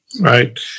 Right